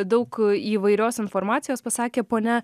daug įvairios informacijos pasakė ponia